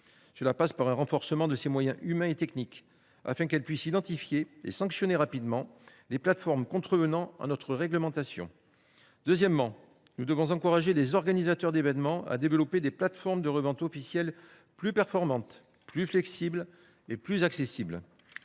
Cela passe par un renforcement de ses moyens humains et techniques, afin qu’elle puisse identifier et sanctionner rapidement les plateformes contrevenant à notre réglementation. Deuxièmement, nous devons encourager les organisateurs d’événements à développer des plateformes de revente officielles plus performantes, plus flexibles et plus accessibles.